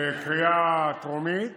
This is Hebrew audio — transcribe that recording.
בקריאה הטרומית